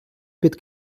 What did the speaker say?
під